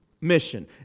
mission